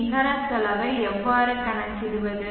நிகர செலவை எவ்வாறு கணக்கிடுவது